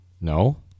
no